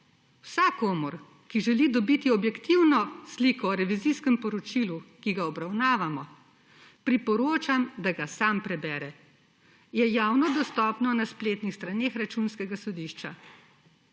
Vsakomur, ki želi dobiti objektivno sliko o revizijskem poročilu, ki ga obravnavamo, priporočam, da ga sam prebere. Javno je dostopno na spletnih straneh Računskega sodišča.